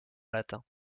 latin